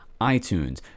iTunes